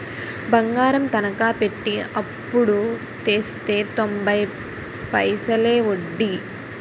బంగారం తనకా పెట్టి అప్పుడు తెస్తే తొంబై పైసలే ఒడ్డీ